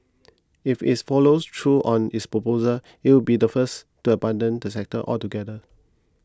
if it follows through on its proposal it would be the first to abandon the sector altogether